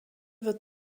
wird